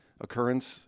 occurrence